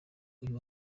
uyu